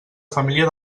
família